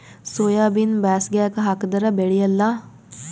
ಸೋಯಾಬಿನ ಬ್ಯಾಸಗ್ಯಾಗ ಹಾಕದರ ಬೆಳಿಯಲ್ಲಾ?